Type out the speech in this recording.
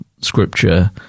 scripture